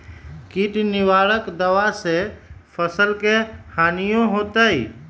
किट निवारक दावा से फसल के हानियों होतै?